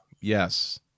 yes